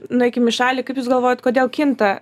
nueikim į šalį kaip jūs galvojat kodėl kinta